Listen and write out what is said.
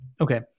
Okay